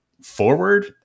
forward